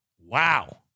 Wow